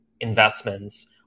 investments